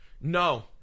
No